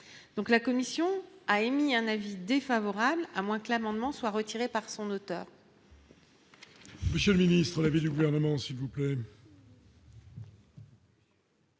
donc la commission a émis un avis défavorable à moins que l'amendement soit retiré par son auteur.